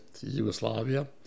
Yugoslavia